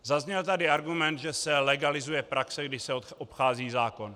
Zazněl tady argument, že se legalizuje praxe, kdy se obchází zákon.